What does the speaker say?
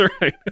right